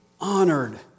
honored